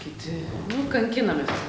kiti nu kankinamės